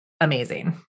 amazing